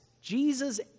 Jesus